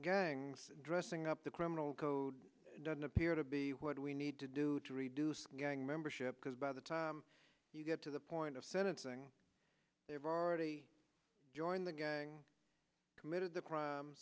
gangs dressing up the criminal code doesn't appear to be what we need to do to reduce gang membership because by the time you get to the point of sentencing they've already joined the gang committed the crime